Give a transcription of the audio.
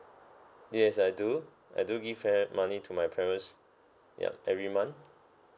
yes I do I do give pa~ money to my parents yup every month